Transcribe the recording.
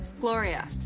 Gloria